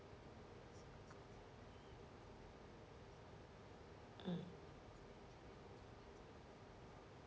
mm